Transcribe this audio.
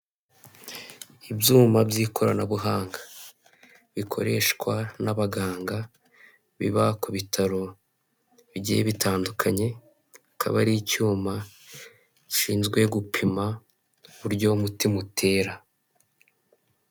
Ibyuma by'ikoranabuhanga, bikoreshwa n'abaganga biba ku bitaro bigiye bitandukanye, bikaba ari icyuma gishinzwe gupima uburyo umutima utera.